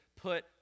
put